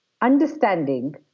understanding